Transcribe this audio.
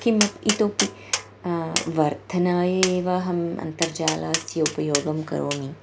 किमपि इतोऽपि वर्धनाय एव अहम् अन्तर्जालस्य उपयोगं करोमि